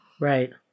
right